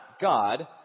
God